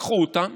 לקחו אותן